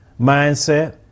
mindset